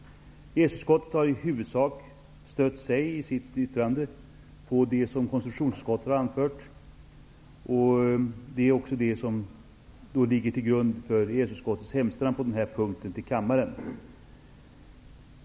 EES-utskottet har i huvudsak stött sig i sitt yttrande på det som konstitutionsutskottet har anfört. Det ligger också till grund för EES-utskottets hemställan till kammaren på denna punkt.